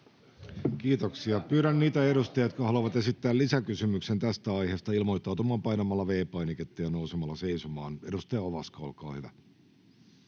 Kiitoksia. — Pyydän niitä edustajia, jotka haluavat esittää lisäkysymyksen tästä aiheesta, ilmoittautumaan painamalla V-painiketta ja nousemalla seisomaan. — Edustaja Ovaska, olkaa hyvä.